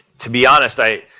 to be honest, i